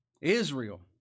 Israel